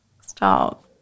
Stop